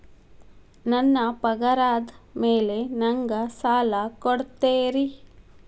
ನನ್ನ ಪಗಾರದ್ ಮೇಲೆ ನಂಗ ಸಾಲ ಕೊಡ್ತೇರಿ?